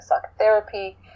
psychotherapy